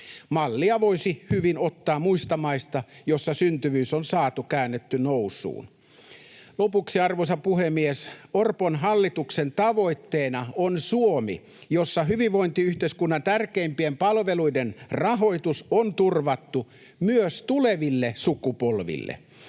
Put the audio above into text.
Mallia voisi hyvin ottaa muista maista, joissa syntyvyys on saatu käännettyä nousuun. Arvoisa puhemies! Lopuksi: Orpon hallituksen tavoitteena on Suomi, jossa hyvinvointiyhteiskunnan tärkeimpien palveluiden rahoitus on turvattu myös tuleville sukupolville.